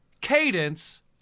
cadence